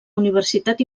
universitat